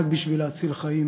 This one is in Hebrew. רק בשביל להציל חיים.